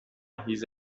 هیز